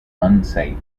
unsafe